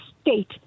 state